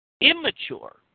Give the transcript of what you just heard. immature